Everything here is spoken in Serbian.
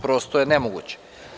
Prosto je nemoguće.